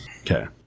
Okay